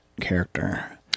character